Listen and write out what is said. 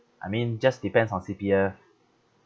I mean just depends on C_P_F